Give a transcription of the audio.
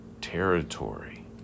territory